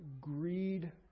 greed